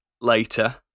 later